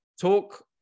talk